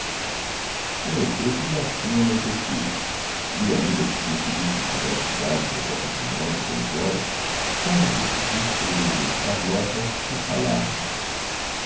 com efeito já tinha anoitecido e ainda que conseguíssemos chegar à cidade por volta de nove ou dez horas só no dia seguinte poderia ver carlota e falar-lhe